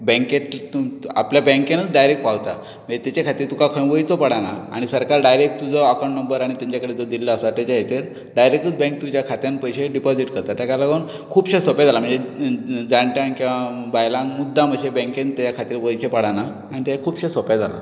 बेंकेंत तितूंत आपलें बेंकेतूत डायरेक्ट पावता मागीर तेचे खातीर तुका खंय वयचो पडना आनी सरकार डायरेक्ट तुजो एकावंट नंबर आनी तुमचे कडेन जो दिल्लो आसा तेच्या हेचेर डायरेक्टली बेंक तुज्या खात्यांत डिपोजीट करता तेका लागून खूब शें सोपें जालां म्हणजे जाणट्या बायलांक मुद्दम इशे बेंकेन त्या खातीर वयचे पडना आनी तें खूब शें सोपें जालां